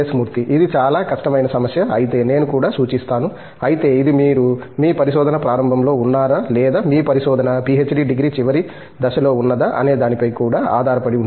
మూర్తి ఇది చాలా కష్టమైన సమస్య అయితే నేను కూడా సూచిస్తాను అయితే ఇది మీరు మీ పరిశోధన ప్రారంభంలో ఉన్నారా లేదా మీ పరిశోధన పిహెచ్డి డిగ్రీ చివరి దశలో ఉన్నదా అనే దానిపై కూడా ఆధారపడి ఉంటుంది